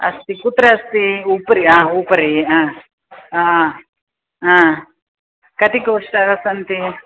अस्ति कुत्र अस्ति उपरि ह उपरि ह ह कति कोष्ठाः सन्ति